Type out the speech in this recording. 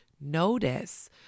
notice